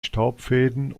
staubfäden